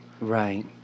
Right